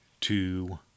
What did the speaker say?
two